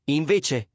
invece